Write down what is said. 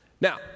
Now